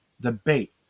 debate